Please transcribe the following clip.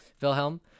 Wilhelm